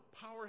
power